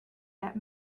that